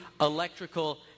electrical